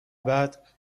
بعد